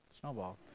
snowball